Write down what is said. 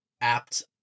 apt